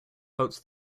boats